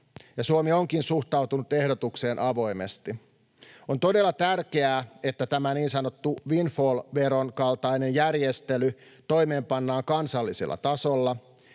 Suomi onkin suhtautunut ehdotukseen avoimesti. On todella tärkeää, että tämä niin sanottu windfall-veron kaltainen järjestely toimeenpannaan kansallisella tasolla